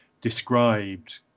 described